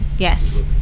Yes